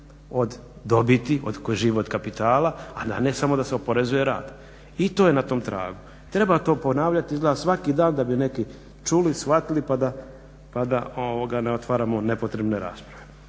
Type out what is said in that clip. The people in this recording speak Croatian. od dobiti koji žive od kapitala, a ne samo da se oporezuje rad. I to je na tom tragu. Treba to ponavljati izgleda svaki dan da bi neki čuli, shvatili pa da ne otvaramo nepotrebne rasprave.